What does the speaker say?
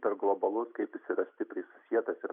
per globalus kaip jis yra stipriai susietas ir